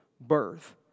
birth